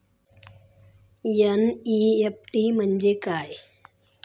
NEFT म्हणजे काय?